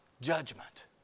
judgment